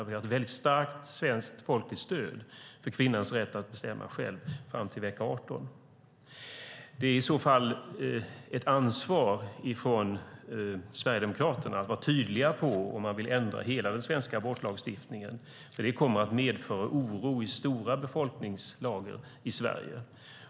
Vi har ett mycket starkt svenskt folkligt stöd för kvinnans rätt att bestämma själv fram till vecka 18. Sverigedemokraterna har i så fall ett ansvar att vara tydliga i om de vill ändra hela den svenska abortlagstiftningen. Det kommer att medföra oro i stora befolkningslager i Sverige.